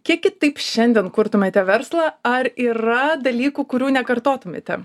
kiek kitaip šiandien kurtumėte verslą ar yra dalykų kurių nekartotumėte